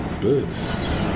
birds